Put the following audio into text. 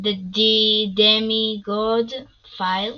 The Demigod Files